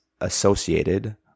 associated